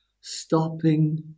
stopping